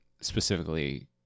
specifically